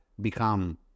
become